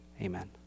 Amen